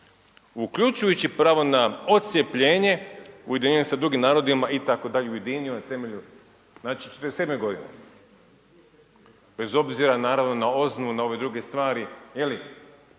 uključujući pravo na odcjepljenje ujedinjeni sa drugim narodima itd. ujedinio na temelju, znači, 47.g., bez obzira naravno na OZNA-u, na ove druge stvari, je li,